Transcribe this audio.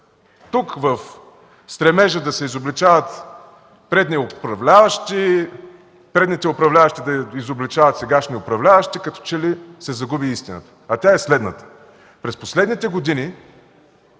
Тук в стремежа да се изобличават предни управляващи, те пък да изобличават сегашните управляващи, като че ли се загуби истината. А тя е следната. През последните години